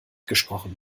gesprochen